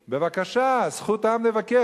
בבקשה, זכות העם לבקר.